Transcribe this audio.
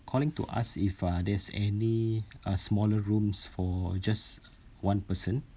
calling to ask if uh there's any uh smaller rooms for just one person